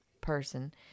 person